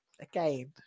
Again